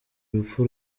urupfu